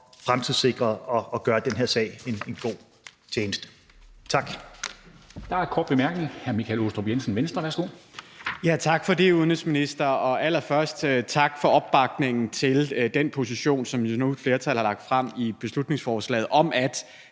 fremtidssikret, og som gør den her sag en god tjeneste. Tak.